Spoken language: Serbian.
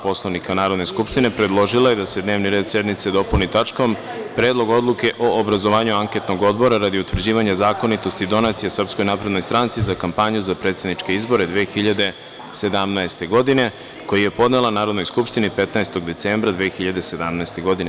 Poslovnika Narodne skupštine, predložila je da se dnevni red sednice dopuni tačkom – Predlog odluke o obrazovanju anketnog odbora radi utvrđivanja zakonitosti donacija SNS za kampanju za predsedničke izbore 2017. godine, koji je podnela Narodnoj skupštini 15. decembra 2017. godine.